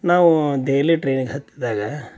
ನಾವು ದೆಹಲಿ ಟ್ರೈನಿಗೆ ಹತ್ತಿದಾಗ